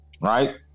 right